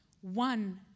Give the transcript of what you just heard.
One